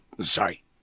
sorry